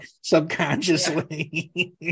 subconsciously